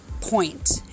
point